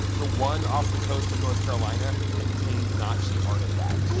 the one off the coast of north carolina contained nazi artifacts.